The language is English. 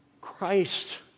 Christ